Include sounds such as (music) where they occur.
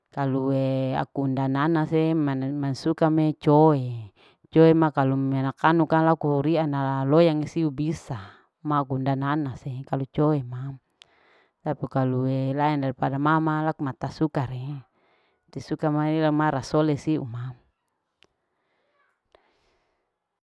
Kaluee aku unda nanase mane mansuka me coe. coe ma kalu mena kanu kang laku ria na loyang siu bisa ma kunda nanase kalu coe ma tapi kalu e laen daripada mama laku mata suka re te suka mai lama rasole si uma. (noise)